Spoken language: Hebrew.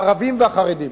הערבים והחרדים.